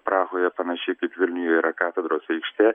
prahoje panašiai kaip vilniuje yra katedros aikštė